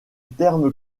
terme